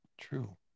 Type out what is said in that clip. true